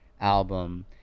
album